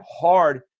hard